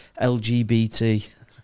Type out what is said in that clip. LGBT